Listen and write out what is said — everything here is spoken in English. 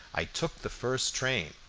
i took the first train.